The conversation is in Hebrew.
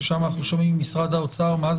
ששם אנחנו שומעים ממשרד האוצר בנק